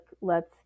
lets